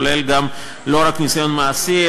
לא רק ניסיון מעשי,